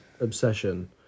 obsession